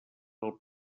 del